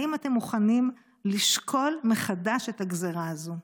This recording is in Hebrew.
האם אתם מוכנים לשקול מחדש את הגזרה הזו?